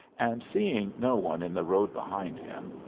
and seeing no one in the road behind him,